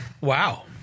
Wow